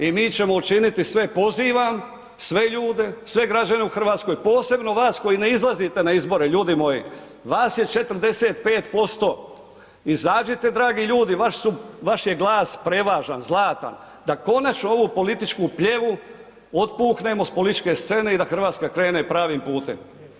I mi ćemo učiniti sve, pozivam sve ljude, sve građane u Hrvatskoj posebno vas koji ne izlazite na izbore ljudi moji, vas je 45%, izađite dragi ljudi, vaši su, vaš je glas prevažan, zlatan, da konačno ovu politiku pljevi otpuhnemo s političke scene i da Hrvatska krene pravim putem.